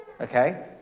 Okay